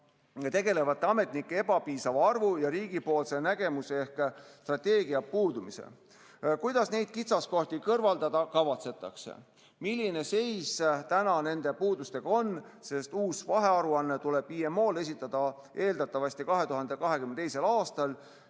tegelevate ametnike ebapiisava arvu ja riigipoolse nägemuse ehk strateegiate puudumise. Kuidas neid kitsaskohti kõrvaldada kavatsetakse? Milline seis täna nende puudustega on, sest uus vahearuanne tuleb IMO-le esitada eeldatavasti 2022. aastal